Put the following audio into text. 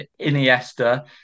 Iniesta